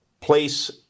place